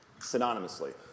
synonymously